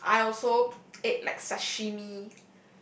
I also ate like sashimi